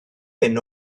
hyn